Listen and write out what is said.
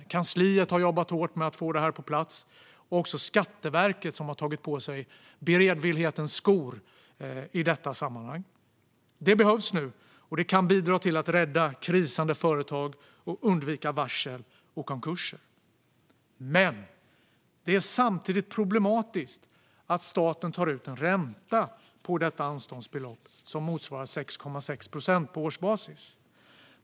Kansliet har jobbat hårt med att få det på plats. Även Skatteverket har tagit på sig beredvillighetens skor i detta sammanhang. Det behövs nu, och det kan bidra till att rädda krisande företag och undvika varsel och konkurser. Men det är samtidigt problematiskt att staten tar ut en ränta på detta anståndsbelopp som motsvarar 6,6 procent på årsbasis.